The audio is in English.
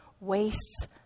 wastes